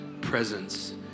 presence